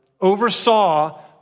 oversaw